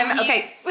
Okay